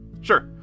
Sure